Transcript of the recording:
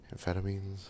amphetamines